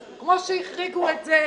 כמו שהחריגו עיתונים, כמו שהחריגו את זה.